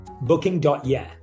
Booking.yeah